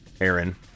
aaron